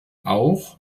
auch